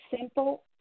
simple